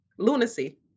Lunacy